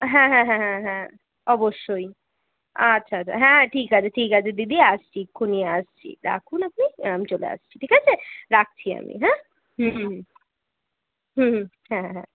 হ্যাঁ হ্যাঁ হ্যাঁ হ্যাঁ হ্যাঁ অবশ্যই আচ্ছা আচ্ছা হ্যাঁ ঠিক আছে ঠিক আছে দিদি আসছি এক্ষুণি আসছি রাখুন আপনি আমি চলে আসছি ঠিক আছে রাখছি আমি হ্যাঁ হুম হুম হুম হুম হ্যাঁ হ্যাঁ হ্যাঁ